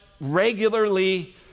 Regularly